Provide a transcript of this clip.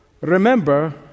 Remember